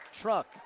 truck